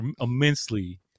immensely